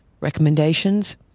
recommendations